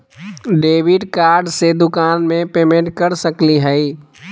Debit card से दुकान में पेमेंट कर सकली हई?